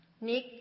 Nick